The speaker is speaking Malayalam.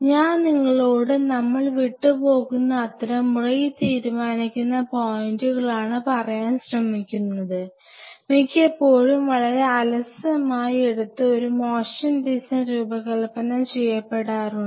ഞാൻ നിങ്ങളോട് നമ്മൾ വിട്ടു പോകുന്ന അത്തരം റേറ്റ് തീരുമാനിക്കുന്ന പോയിന്റുകളാണ് പറയാൻ ശ്രമിക്കുന്നത് മിക്കപ്പോഴും വളരെ അലസമായി എടുത്തു ഒരു മോശം ഡിസൈൻ രൂപകൽപ്പന ചെയ്യപ്പെടാറുണ്ട്